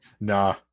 Nah